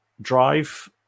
drive